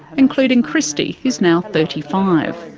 including christy, who's now thirty five.